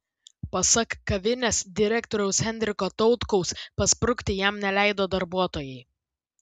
pasak kavinės direktoriaus henriko tautkaus pasprukti jam neleido darbuotojai